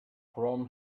from